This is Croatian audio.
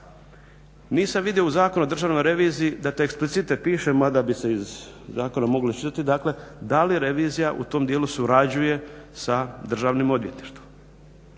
Nisam vidio u Zakonu o Državnoj reviziji da to eksplicite piše mada bi se iz zakona moglo iščitati da li revizija u tom dijelu surađuje sa Državnim odvjetništvom.